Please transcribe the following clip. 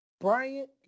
Bryant